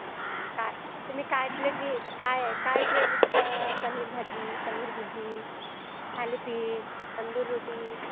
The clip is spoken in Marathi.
मग काय तुम्ही काय प्लेटनी काय आहे काय प्लेट विकता पनीर भाजी पनीर भुर्जी थालिपीट तंदुर रोटी